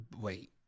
wait